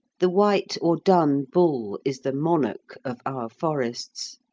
the white or dun bull is the monarch of our forests.